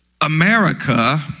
America